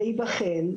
וייבחן,